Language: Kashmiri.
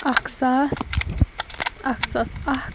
اَکھ ساس اَکھ ساس اَکھ